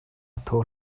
thawh